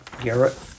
Garrett